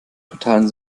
totalen